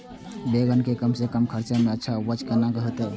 बेंगन के कम से कम खर्चा में अच्छा उपज केना होते?